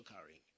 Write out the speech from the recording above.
carrying